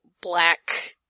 black